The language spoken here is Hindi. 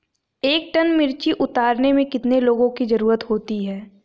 एक टन मिर्ची उतारने में कितने लोगों की ज़रुरत होती है?